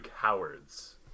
cowards